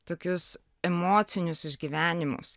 tokius emocinius išgyvenimus